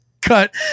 Cut